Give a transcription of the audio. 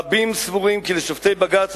רבים סבורים כי לשופטי בג"ץ,